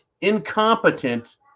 incompetent